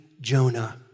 Jonah